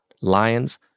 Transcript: Lions